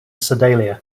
sedalia